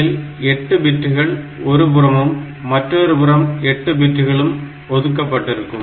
அதில் 8 பிட்கள் ஒருபுறமும் மற்றொருபுறம் மீதமுள்ள 8 பிட்களும் ஒதுக்கப்பட்டிருக்கும்